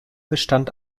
bestand